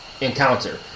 encounter